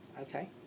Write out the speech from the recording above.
Okay